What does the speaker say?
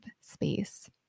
space